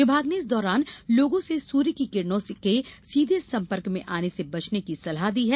विभाग ने इस दौरान लोगों से सूर्य की किरणों के सीधे संपर्क में आने से बचने की सलाह दी है